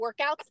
workouts